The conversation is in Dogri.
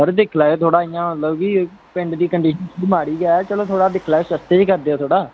सर दिक्खी लैयो थोह्ड़ा इंया मतलब की पिंड दी कंडीशन इंया माड़ी गै चलो सस्ता करी देओ इंया